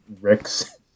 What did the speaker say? Rick's